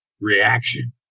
reaction